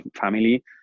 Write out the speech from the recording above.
family